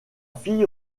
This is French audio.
fille